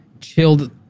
chilled